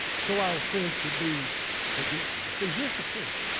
so our sins could be forgiven. and so here's the point.